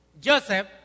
Joseph